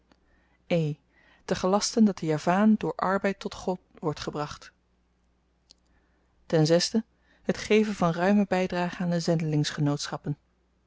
e te gelasten dat de javaan door arbeid tot god worde gebracht het geven van ruime bydragen aan de